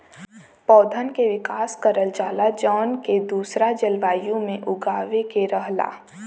पौधन के विकास करल जाला जौन के दूसरा जलवायु में उगावे के रहला